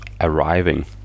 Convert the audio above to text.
arriving